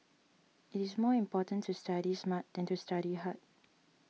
it is more important to study smart than to study hard